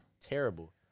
Terrible